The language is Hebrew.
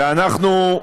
ואנחנו,